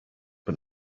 but